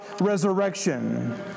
resurrection